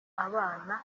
abana